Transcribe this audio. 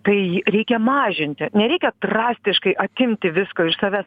tai reikia mažinti nereikia drastiškai atimti visko iš savęs